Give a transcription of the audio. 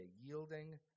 Yielding